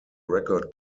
record